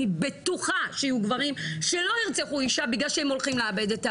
אני בטוחה שיהיו גברים שלא ירצחו אישה בגלל שהם הולכים לאבד את